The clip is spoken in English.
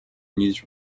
news